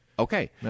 Okay